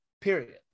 Period